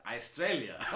Australia